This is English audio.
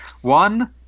one